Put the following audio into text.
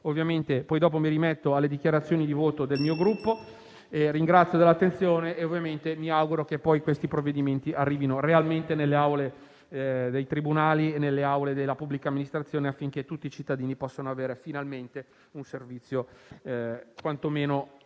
cittadini. Mi rimetto alle dichiarazioni di voto del mio Gruppo. Ringrazio dell'attenzione e, ovviamente, mi auguro che i provvedimenti arrivino realmente nelle aule dei tribunali e nelle aule della pubblica amministrazione, affinché tutti i cittadini possano avere finalmente un servizio quantomeno